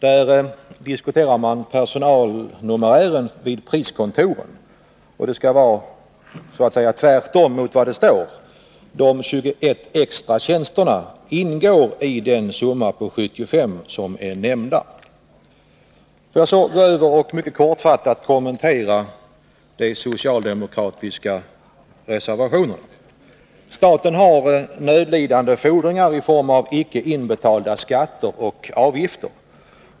Där diskuteras personalnumerären vid priskontoren. Tvärtom mot vad det står i betänkandet ingår de 21 extra tjänsterna i den summa på 75 som är nämnd. Jag vill så kortfattat kommentera de socialdemokratiska reservationerna. Staten har nödlidande fordringar i form av icke inbetalda skatter och avgifter.